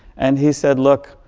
and he said, look,